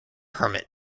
hermit